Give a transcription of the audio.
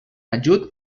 ajut